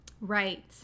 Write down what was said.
Right